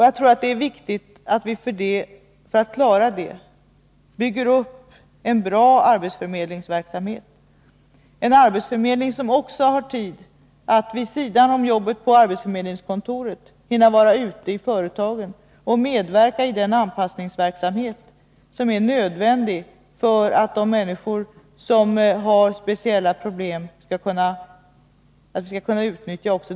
Jag tror att de är viktigt att vi för att klara detta bygger upp en bra arbetsförmedlingsverksamhet, en arbetsförmedling som har tid att vid sidan av jobbet på arbetsförmedlingskontoret även vara ute i företagen och medverka i den anpassningsverksamhet som är nödvändig för att vi skall kunna utnyttja de människors arbetsförmåga som har speciella problem.